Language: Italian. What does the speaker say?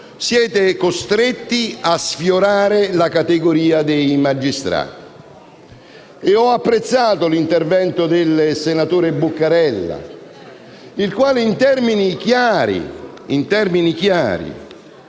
siete costretti a sfiorare la categoria dei magistrati. Ho apprezzato l'intervento del senatore Buccarella, il quale ha spiegato in termini chiari